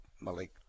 Malik